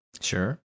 Sure